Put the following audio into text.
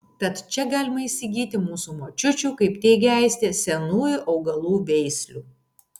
tad čia galima įsigyti mūsų močiučių kaip teigia aistė senųjų augalų veislių